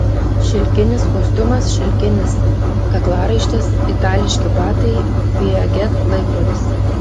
šilkinis kostiumas šilkinis kaklaraištis itališki batai piaget laikrodis